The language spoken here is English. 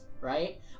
right